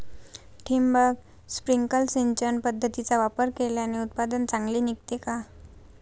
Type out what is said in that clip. ठिबक, स्प्रिंकल सिंचन पद्धतीचा वापर केल्याने उत्पादन चांगले निघते का?